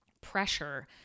pressure